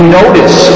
notice